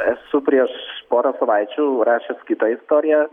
esu prieš porą savaičių rašęs kitą istoriją